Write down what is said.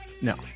No